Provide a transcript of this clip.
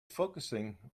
focusing